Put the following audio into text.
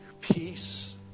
peace